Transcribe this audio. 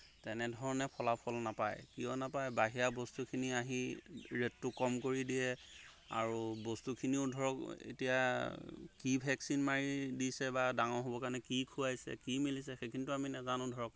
তেনেধৰণে ফলাফল নাপায় কিয় নাপায় বাহিৰা বস্তুখিনি আহি ৰেটটো কম কৰি দিয়ে আৰু বস্তুখিনিও ধৰক এতিয়া কি ভেকচিন মাৰি দিছে বা ডাঙৰ হ'ব কাৰণে কি খুৱাইছে কি মেলিছে সেইখিনিটো আমি নাজানো ধৰক